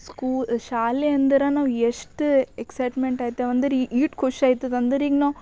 ಸ್ಕೂ ಶಾಲೆಯಂದ್ರೆ ನಾವು ಎಷ್ಟು ಎಕ್ಸೈಟ್ಮೆಂಟ್ ಆಯ್ತೇವಂದ್ರೆ ಈಟು ಖುಷ್ಯಾತದಂದ್ರ ಈಗ ನಾವು